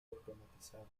automatizado